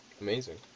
amazing